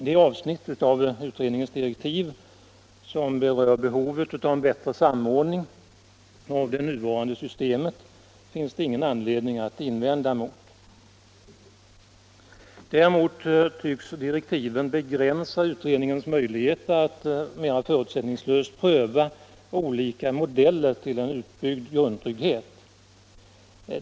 Det avsnitt av utredningens direktiv som berör behovet av bättre samordning av det nuvarande systemet finns det ingenting att invända mot. Däremot tycks direktiven begränsa utredningens möjligheter att förutsättningslöst pröva olika modeller till en utbyggd grundtrygghet.